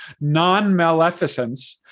Non-maleficence